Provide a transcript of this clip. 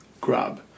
grab